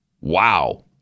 Wow